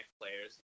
players